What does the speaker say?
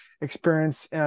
experience